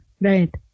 Right